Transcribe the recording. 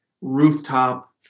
rooftop